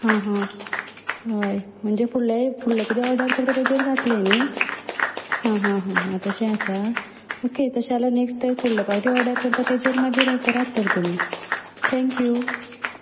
हा हा हय म्हणजे फुडले फुडले कितें ऑर्डर करता तेजेर जातलें न्ही हा हा हा तशें आसा ओके तशें जाल्यार नेक्स्ट फुडलें पावटी ऑर्डर करता तेजेर मागीर हें करात तर तुमी थँक्यू